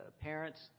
parents